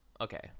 Okay